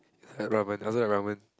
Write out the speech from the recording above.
had ramen I also had ramen